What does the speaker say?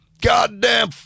Goddamn